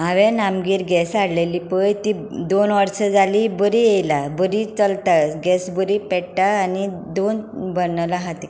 हांवें आमगेर गॅस हाडलेली पळय ती दोन वर्सां जालीं बरी येयला बरी चलता गॅस बरी पेटटा आनी दोन बनलां हा ताका